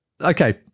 Okay